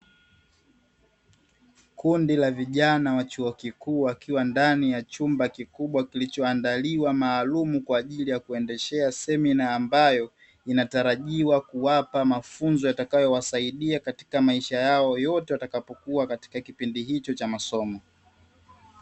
Kundi la vijana wa chuo kikuu wakiwa ndani ya chumba kikubwa, kilichoandaliwa maalum kwaajili ya kuendeshea semina ambayo inatarajiwa kuwapa mafunzo yatakayowasaidia katika maisha yao yote watakapokuwa katika kipindi hicho cha masomo.